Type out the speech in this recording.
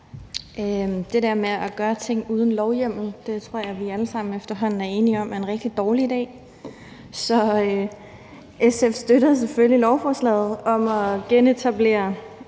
Det der med at gøre ting uden lovhjemmel tror jeg vi alle sammen efterhånden er enige om er en rigtig dårlig idé, så SF støtter selvfølgelig lovforslaget om at genetablere